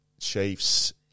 Chiefs